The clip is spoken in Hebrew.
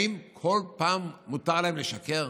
האם כל פעם מותר להם לשקר?